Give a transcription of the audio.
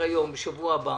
מקצועית,